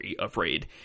afraid